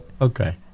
Okay